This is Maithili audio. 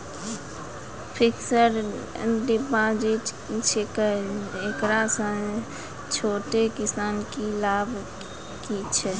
फिक्स्ड डिपॉजिट की छिकै, एकरा से छोटो किसानों के की लाभ छै?